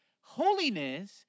Holiness